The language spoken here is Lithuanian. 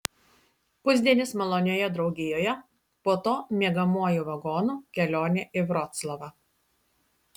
pusdienis malonioje draugijoje po to miegamuoju vagonu kelionė į vroclavą